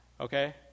Okay